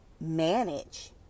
manage